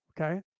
Okay